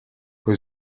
puoi